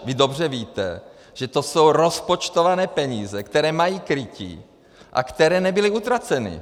Vy dobře víte, že to jsou rozpočtované peníze, které mají krytí a které nebyly utraceny.